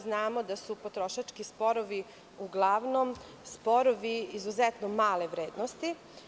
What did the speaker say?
Znamo da su potrošački sporovi uglavnom sporovi izuzetno male vrednosti.